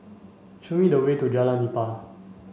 show me the way to Jalan Nipah